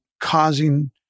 causing